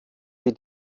sie